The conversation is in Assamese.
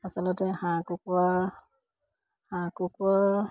আচলতে হাঁহ কুকুৰা হাঁহ কুকুৰাৰ